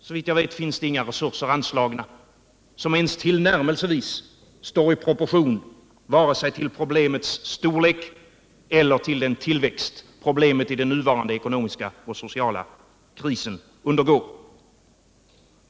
Såvitt jag vet finns det inga resurser anslagna som ens tillnärmelsevis står i proportion vare sig till problemets storlek eller till den tillväxt problemet i den nuvarande ekonomiska och sociala krisen undergår.